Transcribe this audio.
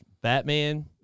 Batman